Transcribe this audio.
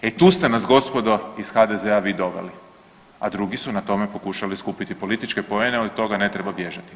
E tu ste nas gospodo iz HDZ-a vi doveli, a drugi su na tome pokušali skupiti političke poene, od toga ne treba bježati.